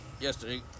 yesterday